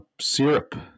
syrup